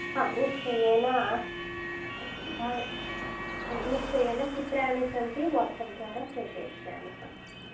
हा निश्चयेन भव निश्चयेन चित्राणि सन्ति वाट्साप् द्वारा प्रेषयिष्यामः